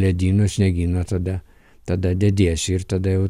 ledyno sniegyno tada tada dediesi ir tada jau